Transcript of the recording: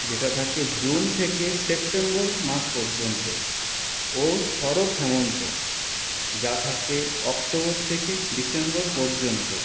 যেটা থাকে জুন থেকে সেপ্টেম্বর মাস পর্যন্ত ও শরৎ হেমন্ত যা থাকে অক্টোবর থেকে ডিসেম্বর পর্যন্ত